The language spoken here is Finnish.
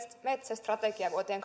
metsästrategia vuoteen